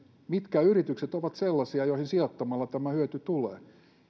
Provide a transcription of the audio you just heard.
mitkä yritykset ovat sellaisia joihin sijoittamalla tämä hyöty tulee